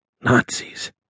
Nazis